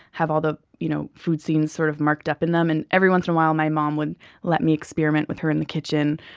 have all the you know food scenes sort of marked up in them. and every once in awhile, my mom would let me experiment with her in the kitchen,